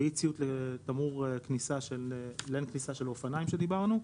ואי ציות לתמרור אין כניסה של אופניים שדיברנו.